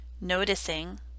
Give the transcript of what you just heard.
Noticing